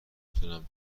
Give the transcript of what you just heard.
تونم